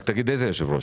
רק תגיד איזה יושב-ראש.